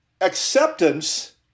acceptance